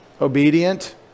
obedient